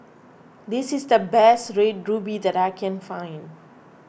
this is the best Red Ruby that I can find